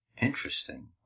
Interesting